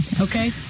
Okay